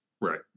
Right